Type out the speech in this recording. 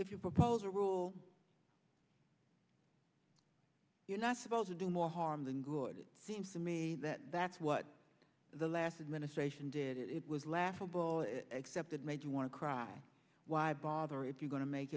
if you propose a rule you're not supposed to do more harm than good it seems to me that that's what the last administration did it was laughable except it made you want to cry why bother if you're going to make